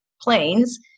planes